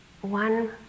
one